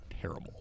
terrible